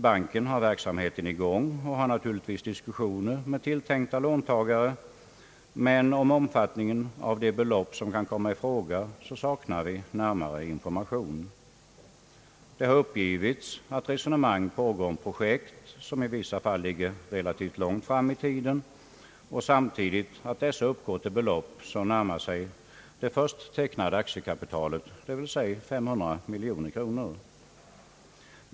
Bankens verksamhet är i gång och den har naturligtvis diskussioner med tilltänkta låntagare, men beträffande storleken av de belopp som kan komma i fråga saknar vi närmare information. Det har uppgivits att resonemang pågår om projekt som i vissa fall ligger relativt långt fram i tiden, och samtidigt att dessa uppgår till belopp som närmar sig det först tecknade aktiekapitalet, dvs. 500 miljoner kronor.